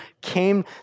came